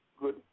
good